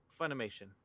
Funimation